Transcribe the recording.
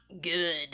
good